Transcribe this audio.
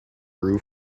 grew